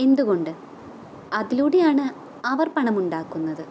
എന്തുകൊണ്ട് അതിലൂടെയാണ് അവർ പണമുണ്ടാക്കുന്നത്